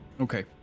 okay